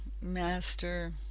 master